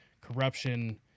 corruption